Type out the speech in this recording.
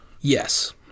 Yes